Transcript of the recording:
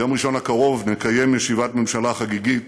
ביום ראשון הקרוב נקיים ישיבת ממשלה חגיגית